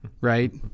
right